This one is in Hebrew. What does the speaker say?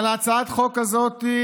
אבל הצעת החוק הזאת,